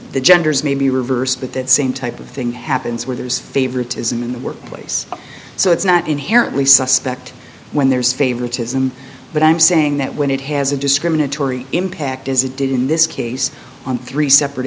the genders may be reversed but that same type of thing happens where there's favoritism in the workplace so it's not inherently suspect when there's favoritism but i'm saying that when it has a discriminatory impact as it did in this case on three separate